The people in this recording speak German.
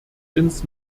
ins